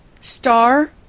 star